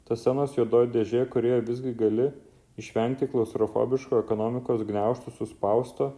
tos scenos juodoji dėžė kurioje visgi gali išvengti klaustrofobiško ekonomikos gniaužtų suspausto